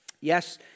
Yes